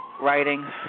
writing